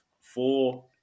four